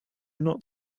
not